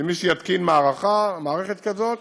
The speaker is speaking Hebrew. שמי שיתקין מערכת כזאת